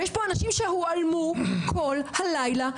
ויש פה אנשים שהועלמו כל הלילה,